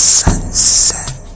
sunset